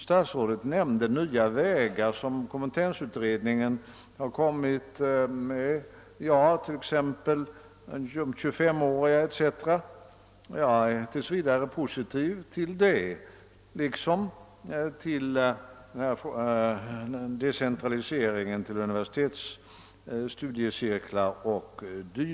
Statsrådet nämnde att kompetensutredningen har föreslagit nya vägar. Jag är tills vidare positiv till dessa liksom till decentraliseringen till universitetsstudiecirklar o. d.